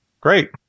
Great